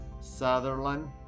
Sutherland